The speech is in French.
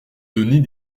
donner